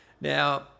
Now